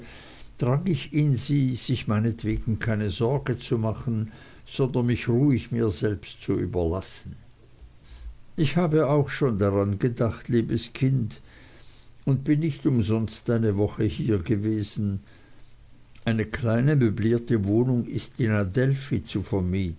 drang ich in sie sich meinetwegen keine sorge zu machen sondern mich ruhig mir selbst zu überlassen ich habe auch schon dran gedacht liebes kind und bin nicht umsonst eine woche hier gewesen eine kleine möblierte wohnung ist in adelphi zu vermieten